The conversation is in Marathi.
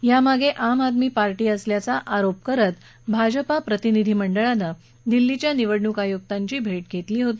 या मागे आम आदमी पार्टी असल्याचा आरोप करत भाजपा प्रतिनिधी मंडळानं दिल्लीच्या निवडणूक आयुक्तांची भेट घेतली होती